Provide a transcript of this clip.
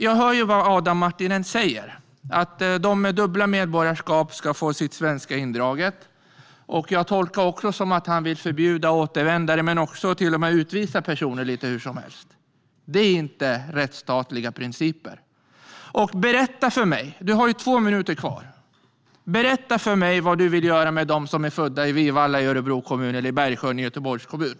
Jag hör ju vad Adam Marttinen säger: De med dubbla medborgarskap ska få sitt svenska indraget. Jag tolkar det också som att han vill förbjuda återvändare och till och med utvisa personer lite hur som helst. Detta är inte rättsstatliga principer. Du har ju två minuter kvar, Adam Marttinen. Berätta för mig vad du vill göra med dem som är födda i Vivalla i Örebro kommun eller i Bergsjön i Göteborgs kommun.